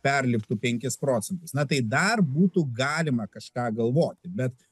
perliptų penkis procentus na tai dar būtų galima kažką galvoti bet